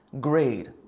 grade